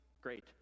Great